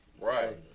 Right